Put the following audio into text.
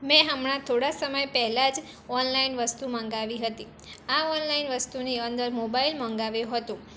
મેં હમણાં થોડા સમય પહેલાં જ ઓનલાઇન વસ્તુ મગાવી હતી આ ઓનલાઇન વસ્તુની અંદર મોબાઇલ મગાવ્યો હતો